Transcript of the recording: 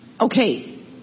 okay